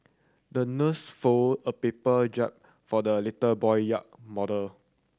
the nurse folded a paper jar for the little boy yacht model